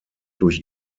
durch